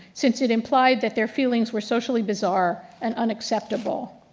since it implied that their feelings were socially bizarre and unacceptable.